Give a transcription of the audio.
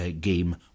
game